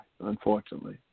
unfortunately